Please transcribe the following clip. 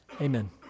Amen